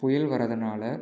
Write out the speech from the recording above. புயல் வர்றதுனால்